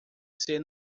ser